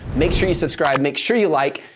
make sure you subscribe, make sure you like.